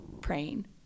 praying